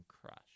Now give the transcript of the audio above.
crushed